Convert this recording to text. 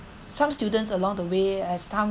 some students along the way as some